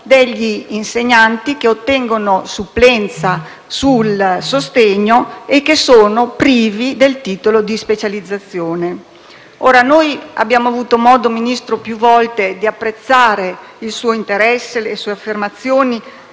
degli insegnanti che ottengono supplenza sul sostegno e che sono privi del titolo di specializzazione. Signor Ministro, noi abbiamo avuto modo più volte di apprezzare il suo interesse e le sue affermazioni,